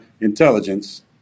intelligence